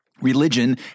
religion